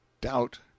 Doubt